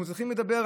אנחנו צריכים לדבר,